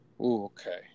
Okay